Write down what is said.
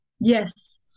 yes